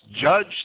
judge